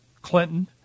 Clinton